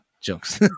jokes